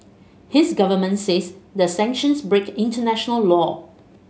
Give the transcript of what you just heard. his government says the sanctions break international law